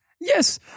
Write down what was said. Yes